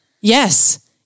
Yes